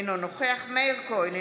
אינו נוכח מאיר כהן,